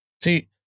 See